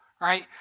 right